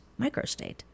microstate